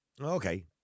Okay